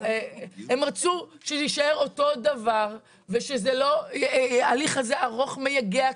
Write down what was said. אז -- הן רצו שזה יישאר אותו דבר וההליך הזה ארוך ומייגע,